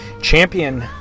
champion